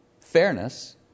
fairness